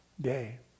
day